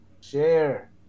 Share